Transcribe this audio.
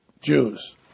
Jews